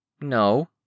No